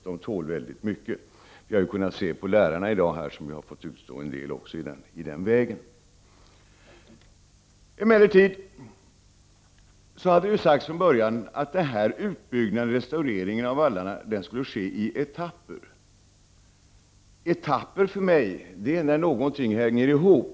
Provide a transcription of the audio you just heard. De tål väldigt mycket. Vi har kunnat se det på lärarna här i dag, som har fått utstå en del. Från början sades det emellertid att uppbyggnaden och restaureringen av vallarna skulle ske i etapper. För mig innebär ordet etapper att verksamheten hänger ihop.